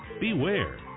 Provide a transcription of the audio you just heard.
beware